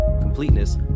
completeness